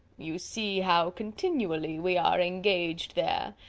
you see how continually we are engaged there.